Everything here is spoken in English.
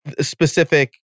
specific